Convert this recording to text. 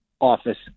office